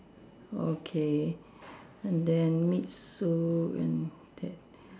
okay and then meet sue and ted